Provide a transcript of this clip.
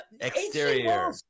Exterior